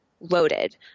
loaded